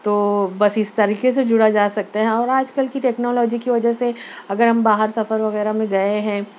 تو بس اس طریقے سے جڑا جا سکتا ہے اور آج کل کی ٹیکنالوجی کی وجہ سے اگر ہم باہر سفر وغیرہ میں گئے ہیں